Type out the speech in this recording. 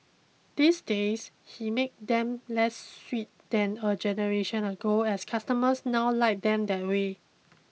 these days he make them less sweet than a generation ago as customers now like them that way